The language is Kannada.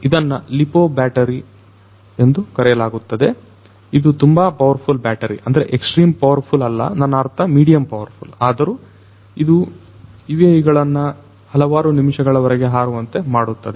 ಇದನ್ನ ಲಿಪೊ ಬ್ಯಾಟರಿ ಎಂದು ಕರೆಯಲಾಗುತ್ತದೆ ಇದು ತುಂಬಾ ಪವರ್ಫುಲ್ ಬ್ಯಾಟರಿ ಅಂದರೆ ಎಕ್ಸ್ಟ್ರೀಮ್ ಪವರ್ಫುಲ್ ಅಲ್ಲ ನನ್ನ ಅರ್ಥ ಮೀಡಿಯಂ ಪವರ್ಫುಲ್ ಆದರೂ ಇದು UAV ಗಳನ್ನ ಹಲವಾರು ನಿಮಿಷಗಳವರೆಗೆ ಹಾರುವಂತೆ ಮಾಡುತ್ತದೆ